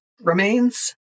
remains